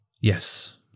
Yes